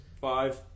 Five